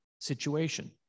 situation